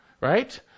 right